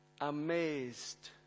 Amazed